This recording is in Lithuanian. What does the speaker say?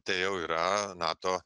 tai jau yra nato